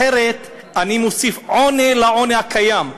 אחרת אני מוסיף עוני על העוני הקיים,